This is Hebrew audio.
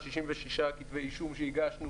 66 כתבי אישום שהגשנו,